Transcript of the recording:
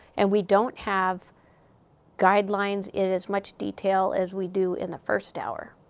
and we don't have guidelines in as much detail as we do in the first hour.